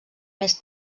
més